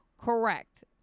Correct